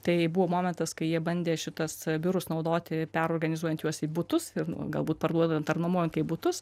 tai buvo momentas kai jie bandė šitas biurus naudoti perorganizuojant juos į butus ir galbūt parduodant ar nuomojant kaip butus